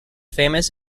famous